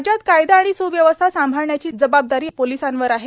राज्यात कायदा आणि स्व्यवस्था सांभाळण्याची जबाबदारी पोलिसांवर आहे